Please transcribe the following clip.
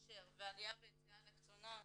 הנשר ועליה ביציאה לקצונה.